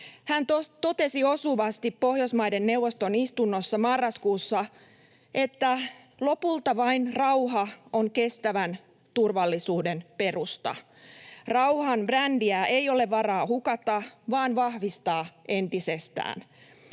Hän totesi osuvasti Pohjoismaiden neuvoston istunnossa marraskuussa, että lopulta vain rauha on kestävän turvallisuuden perusta — rauhan brändiä ei ole varaa hukata, vaan vahvistaa entisestään.